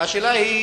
השאלה היא